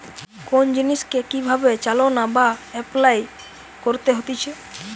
কোন জিনিসকে কি ভাবে চালনা বা এপলাই করতে হতিছে